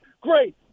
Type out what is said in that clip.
Great